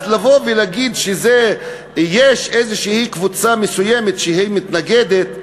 אז לבוא ולהגיד שיש קבוצה מסוימת שמתנגדת,